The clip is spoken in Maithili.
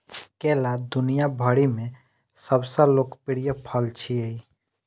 केला दुनिया भरि मे सबसं लोकप्रिय फल छियै